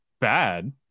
bad